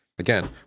Again